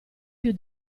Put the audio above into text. più